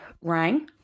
rang